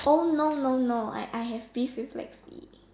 oh no no no I I have beef with Lexi